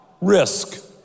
risk